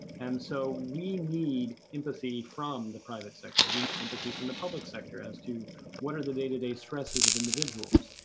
and so, we need empathy from the private sector. we need empathy from the public sector, as to what are the day-to-day stresses of individuals?